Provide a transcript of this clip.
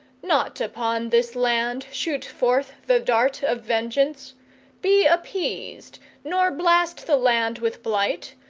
not upon this land shoot forth the dart of vengeance be appeased, nor blast the land with blight,